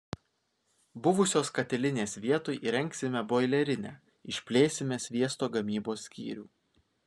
buvusios katilinės vietoj įrengsime boilerinę išplėsime sviesto gamybos skyrių